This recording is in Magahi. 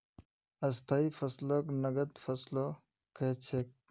स्थाई फसलक नगद फसलो कह छेक